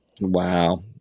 Wow